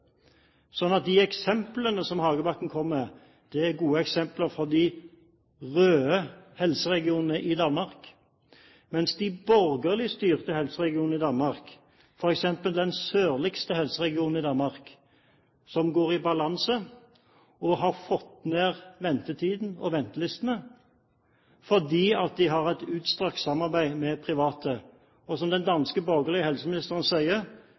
sånn at de eksemplene som Hagebakken kommer med, er gode eksempler fra de røde helseregionene i Danmark. De borgerlig styrte helseregionene i Danmark, f.eks. den sørligste helseregionen, går i balanse og har fått ned ventetiden og ventelistene fordi de har hatt et utstrakt samarbeid med private, i motsetning til, som den danske borgerlige helseministeren sier,